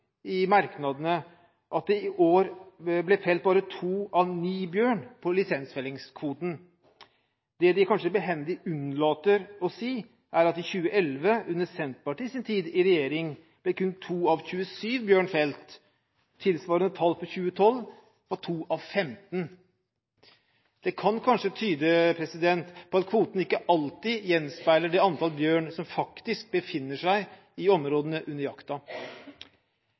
at det i år bør bli felt bare to av ni bjørner på lisensfellingskvoten. Det de kanskje behendig unnlater å si, er at i 2011, under Senterpartiets tid i regjering, ble kun to av 27 bjørner felt. Tilsvarende tall for 2012 var to av 15. Det kan kanskje tyde på at kvoten ikke alltid gjenspeiler det antall bjørner som faktisk befinner seg i områdene under jakta.